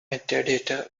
metadata